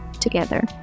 together